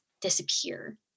disappear